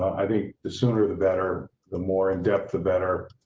i think the sooner the better, the more in depth, the better.